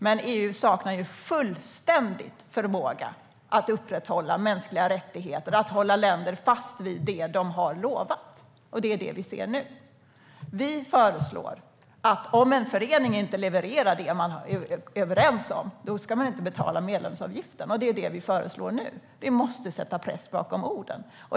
Men EU saknar ju fullständigt förmåga att upprätthålla mänskliga rättigheter och att få länder att hålla fast vid det som de har lovat. Det är det som vi ser nu. Om en förening inte levererar det som man är överens om, då ska man inte betala medlemsavgiften. Det föreslår vi nu. Vi måste sätta press bakom orden.